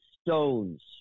stones